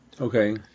Okay